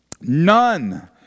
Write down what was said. none